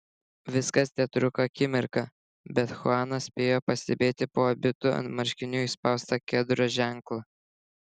viskas tetruko akimirką bet chuanas spėjo pastebėti po abitu ant marškinių įspaustą kedro ženklą